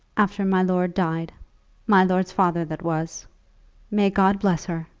after my lord died my lord's father that was may god bless her.